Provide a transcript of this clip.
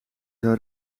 zou